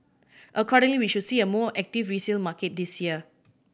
accordingly we should see a more active resale market this year